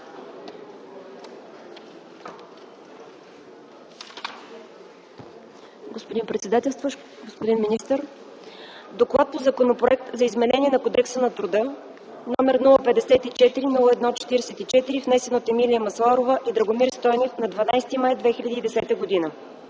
Господин председател, господин министър! „ ДОКЛАД по Законопроект за изменение на Кодекса на труда, № 054-01-44, внесен от Емилия Масларова и Драгомир Стойнев на 12 май 2010г.